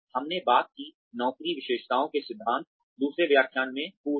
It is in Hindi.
हमने बात की नौकरी विशेषताओं के सिद्धांतदूसरे व्याख्यान में पूर्व में